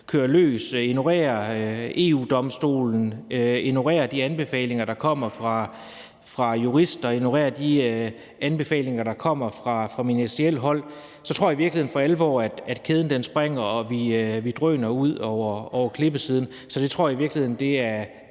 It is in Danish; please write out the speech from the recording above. kører løs og ignorerer EU-Domstolen, ignorerer de anbefalinger, der kommer fra jurister, og ignorerer de anbefalinger, der kommer fra ministerielt hold, springer kæden for alvor og vi drøner ud over klippesiden. Så hvordan det